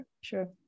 sure